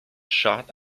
shot